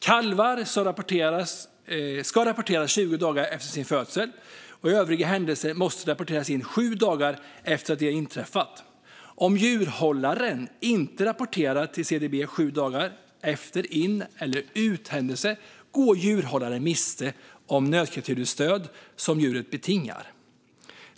Kalvar ska rapporteras 20 dagar efter sin födsel, och övriga händelser måste rapporteras in 7 dagar efter att de inträffat. Om djurhållaren inte rapporterar till CDB 7 dagar efter en in eller uthändelse går djurhållaren miste om det nötkreatursstöd som djuret betingar.